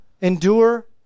endure